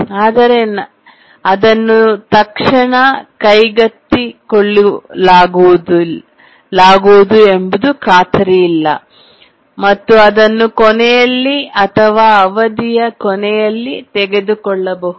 ಆದರೆ ನಂತರ ಅದನ್ನು ತಕ್ಷಣ ಕೈಗೆತ್ತಿಕೊಳ್ಳಲಾಗುವುದು ಎಂಬ ಖಾತರಿಯಿಲ್ಲ ಮತ್ತು ಅದನ್ನು ಕೊನೆಯಲ್ಲಿ ಅಥವಾ ಅವಧಿಯ ಕೊನೆಯಲ್ಲಿ ತೆಗೆದುಕೊಳ್ಳಬಹುದು